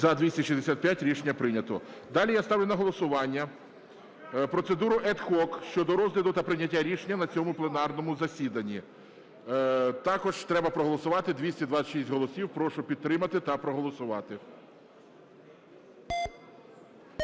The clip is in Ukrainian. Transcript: За-265 Рішення прийнято. Далі я ставлю на голосування процедуру ad hoc щодо розгляду та прийняття рішення на цьому пленарному засіданні. Також треба проголосувати 226 голосів. Прошу підтримати та проголосувати.